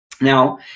Now